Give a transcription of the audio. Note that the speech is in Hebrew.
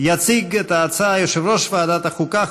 יציג את ההצעה יושב-ראש ועדת החוקה,